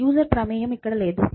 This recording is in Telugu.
యూసర్ ప్రమేయం ఇక్కడ లేదు